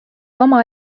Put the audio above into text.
oma